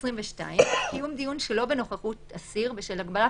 אני ממשיכה בקריאה: קיום דיון שלא בנוכחות האסיר בשל הגבלת